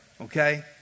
okay